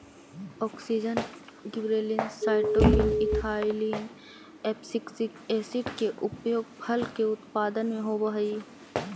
auxin, gibberellins, cytokinin, ethylene, abscisic acid के उपयोग फल के उत्पादन में होवऽ हई